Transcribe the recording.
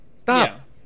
Stop